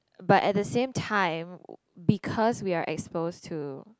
but at the same time because we are exposed to